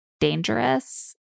dangerous